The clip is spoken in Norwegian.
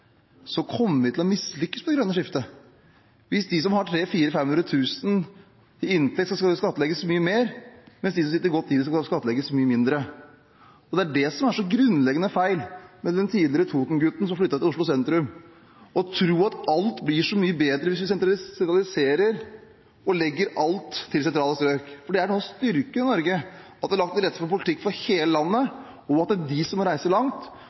så grunnleggende feil med den tidligere Toten-gutten som flyttet til Oslo sentrum: å tro at alt blir så mye bedre hvis vi sentraliserer og legger alt til sentrale strøk. For noe av styrken ved Norge er at det er lagt til rette for en politikk for hele landet, og at de som må reise langt